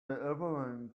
everyone